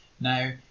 Now